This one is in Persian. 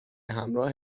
همراه